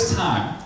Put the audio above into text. time